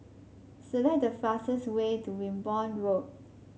select the fastest way to Wimborne Road